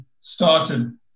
started